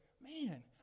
man